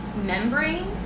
Membrane